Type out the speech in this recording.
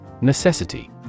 Necessity